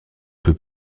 peut